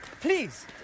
Please